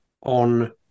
on